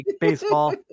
baseball